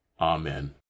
Amen